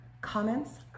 comments